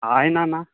hi నాన్న